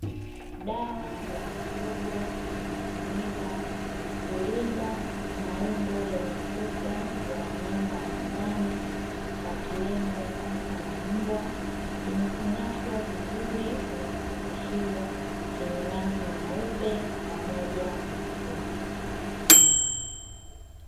Dawa ya mifugo inayotumika kulinda maungo ya mifupa ya wanyama wa nyumbani wakiwemo paka na mbwa, imefungashwa vizuri kwenye kifungashio chenye rangi nyeupe pamoja na nyekundu.